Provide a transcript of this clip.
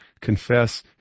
confess